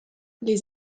les